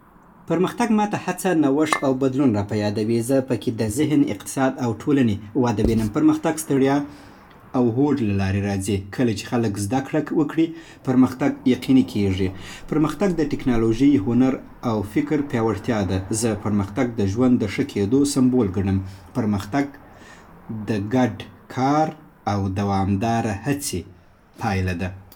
پرمختګ ماته هڅه، نوښت او بدلون راپه یادوي. زه پکې د ذهن، اقتصاد او ټولنې وده وینم. پرمختګ د ستړیا او هوډ له لارې راځي. کله چې خلک زده کړه وکړي، پرمختګ یقیني کېږي. پرمختګ د ټکنالوژۍ، هنر او فکر پیاوړتیا ده. زه پرمختګ د ژوند د ښه کېدو سمبول ګڼم. پرمختګ د ګډ کار او دوامدارې هڅې پایله ده.